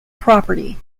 property